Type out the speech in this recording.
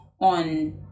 on